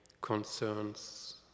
concerns